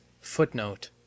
Footnote